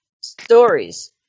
stories